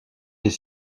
des